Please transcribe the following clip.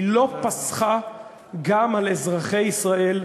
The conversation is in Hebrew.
היא לא פסחה גם על אזרחי ישראל,